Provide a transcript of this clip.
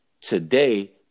today